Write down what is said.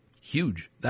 huge